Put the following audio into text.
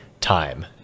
time